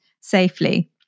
safely